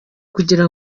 kugira